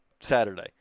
Saturday